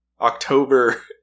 October